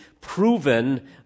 proven